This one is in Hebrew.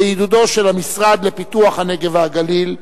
בעידודו של המשרד לפיתוח הנגב והגליל,